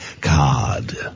card